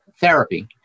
therapy